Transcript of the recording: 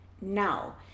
now